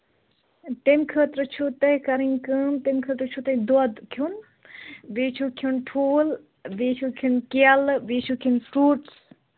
تَمہِ خٲطرٕ چھُو تۄہہِ کَرٕنۍ کٲم تَمہِ خٲطرٕ چھُو تۄہہِ دۄد کھٮ۪ون بیٚیہِ چھُو کھٮ۪ون ٹھوٗل بیٚیہِ چھُو کھٮ۪ون کیلہٕ بیٚیہِ چھُو کھٮ۪ون فرٛوٗٹٔس